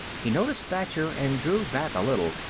he noticed thacher and drew back a little.